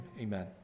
Amen